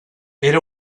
era